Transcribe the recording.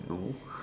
no